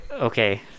Okay